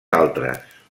altres